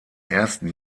ersten